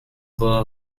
glow